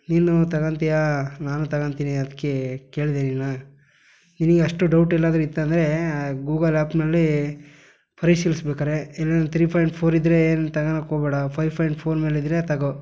ನೀನು ತಗೊಂತ್ಯಾ ನಾನು ತಗೊಂತೀನಿ ಅದಕ್ಕೇ ಕೇಳಿದೆ ನಿನ್ನ ನಿನಗೆ ಅಷ್ಟು ಡೌಟ್ ಎಲ್ಲಾದರೂ ಇತ್ತಂದರೆ ಗೂಗಲ್ ಆ್ಯಪ್ನಲ್ಲಿ ಪರಿಶೀಲಿಸು ಬೇಕಾದ್ರೆ ಎಲ್ಲಾರ ತ್ರೀ ಫಾಂಯ್ಟ್ ಫೋರ್ ಇದ್ದರೆ ಏನು ತಗಣಕ್ಕೆ ಹೋಗಬೇಡ ಫೈವ್ ಫಾಂಯ್ಟ್ ಫೋರ್ ಮೇಲಿದ್ದರೆ ತೊಗೋ